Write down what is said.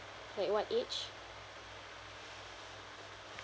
like what age